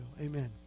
Amen